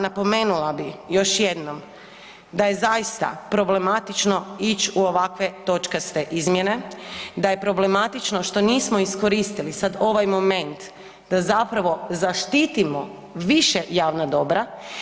Napomenula bih, još jednom da je zaista problematično ići u ovakve točkaste izmjene, da je problematično što nismo iskoristili sad ovaj moment da zapravo zaštitimo više javna dobra.